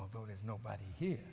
although there's nobody here